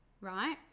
right